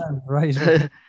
Right